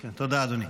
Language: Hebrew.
תודה, אדוני.